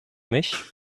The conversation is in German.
mich